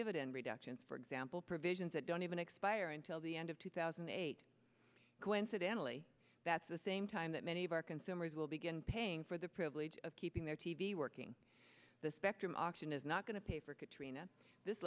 dividend reductions for example provisions that don't even expire until the end of two thousand and eight coincidentally that's the same time that many of our consumers will begin paying for the privilege of keeping their t v working the spectrum auction is not going to pay for katrina this